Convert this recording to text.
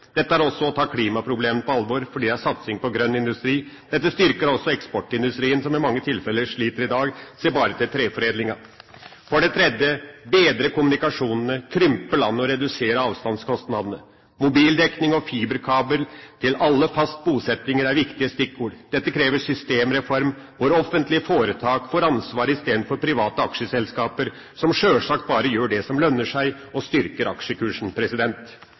Dette er også å ta klimaproblemet på alvor, for det er satsing på grønn industri. Dette styrker også eksportindustrien, som i mange tilfeller sliter i dag. Se bare til treforedlinga. For det tredje må vi bedre kommunikasjonene, krympe landet og redusere avstandskostnadene. Mobildekning og fiberkabel til alle faste bosettinger er viktige stikkord. Dette krever en systemreform hvor offentlige foretak får ansvar i stedet for private aksjeselskap som sjølsagt bare gjør det som lønner seg og styrker aksjekursen.